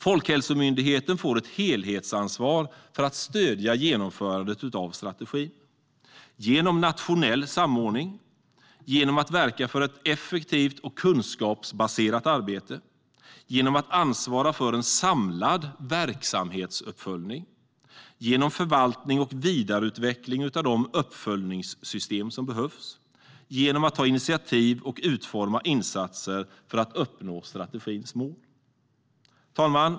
Folkhälsomyndigheten får ett helhetsansvar för att stödja genomförandet av strategin genom nationell samordning, genom att verka för ett effektivt och kunskapsbaserat arbete, genom att ansvara för en samlad verksamhetsuppföljning, genom förvaltning och vidareutveckling av de uppföljningssystem som behövs och genom att ta initiativ och utforma insatser för att uppnå strategins mål. Herr talman!